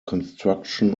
construction